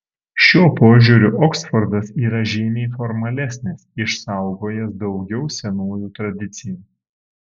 šiuo požiūriu oksfordas yra žymiai formalesnis išsaugojęs daugiau senųjų tradicijų